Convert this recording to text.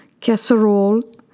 casserole